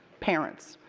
parents,